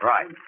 Right